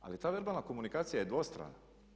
Ali ta verbalna komunikacija je dvostrana.